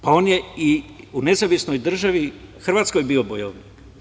Pa on je i u Nezavisnoj Državi Hrvatskoj bio bojovnik.